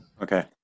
Okay